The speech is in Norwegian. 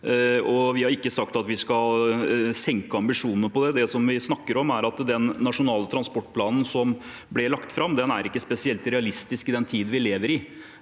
vi har ikke sagt at vi skal senke ambisjonene på det. Det vi snakker om, er at den nasjonale transportplanen som ble lagt fram, ikke er spesielt realistisk i den tiden vi lever i.